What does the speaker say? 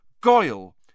Goyle